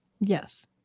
Yes